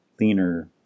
leaner